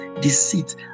deceit